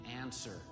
answer